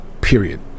Period